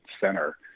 center